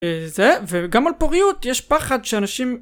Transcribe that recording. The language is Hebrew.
זה, וגם על פוריות, יש פחד שאנשים...